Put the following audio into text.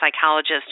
psychologist